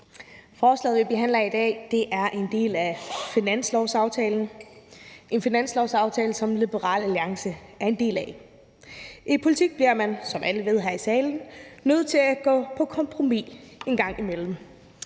Forslaget, vi behandler i dag, er en del af finanslovsaftalen, som Liberal Alliance er en del af. I politik bliver man, som alle ved her i salen, nødt til at gå på kompromis en gang imellem.